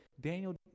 Daniel